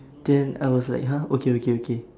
then I was like !huh! okay okay okay